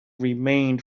remained